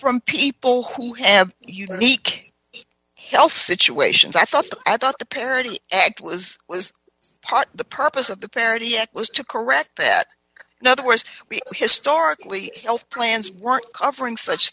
from people who have unique health situations i thought i thought the parity act was was the purpose of the parity act was to correct that now the worse we historically health plans weren't covering such